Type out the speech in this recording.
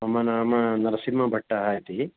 मम नाम नरसिंहभट्टः इति